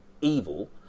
evil